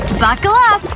buckle up,